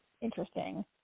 Interesting